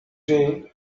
day